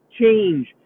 change